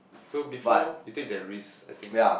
so before you take that risk I think